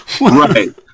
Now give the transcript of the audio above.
right